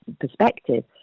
perspective